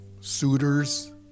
suitors